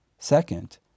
Second